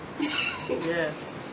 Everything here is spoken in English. Yes